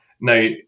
Now